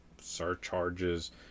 surcharges